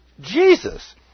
Jesus